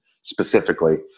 specifically